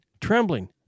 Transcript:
trembling